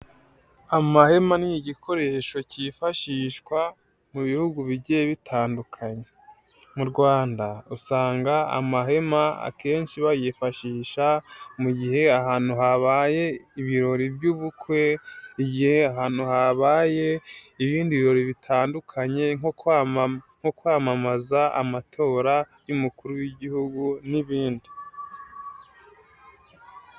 Amahema ni igikoresho cyifashishwa mu bihugu bigiye bitandukanye, mu Rwanda usanga amahema akenshi bayifashisha mu gihe ahantu habaye ibirori by'ubukwe, igihe ahantu habaye ibindi birori bitandukanye nko kwamamaza amatora y'umukuru w'igihugu n'ibindi.